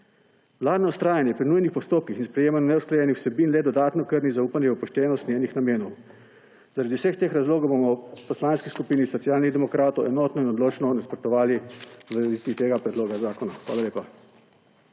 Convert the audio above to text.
Vladno vztrajanje pri nujnih postopkih in sprejemanju neusklajenih vsebin le dodatno krni zaupanje v poštenost njenih namenom. Zaradi vseh teh razlogov bomo v Poslanski skupini Socialnih demokratov enotno in odločno nasprotovali uveljavitvi tega predloga zakona. Hvala lepa.